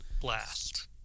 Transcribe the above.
blast